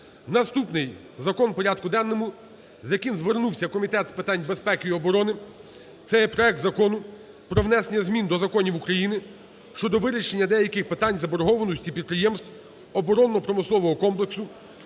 Наступний закон у порядку денному, з яким звернувся Комітет з питань безпеки і оборони, - це є проект Закону про внесення змін до законів України щодо вирішення деяких питань заборгованості підприємств оборонно-промислового комплексу